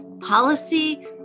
policy